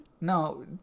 no